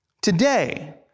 Today